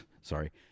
sorry